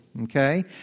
okay